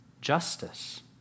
justice